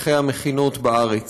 וחניכי המכינות בארץ.